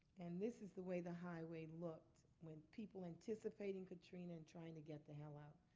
and this is the way the highway looked when people anticipating katrina and trying to get the hell out.